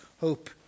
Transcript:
hope